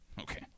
okay